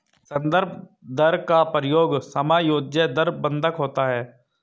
संदर्भ दर का प्रयोग समायोज्य दर बंधक होता है